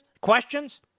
questions